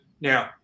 Now